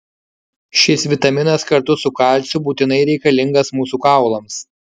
šis vitaminas kartu su kalciu būtinai reikalingas mūsų kaulams